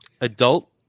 adult